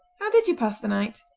how did you pass the night?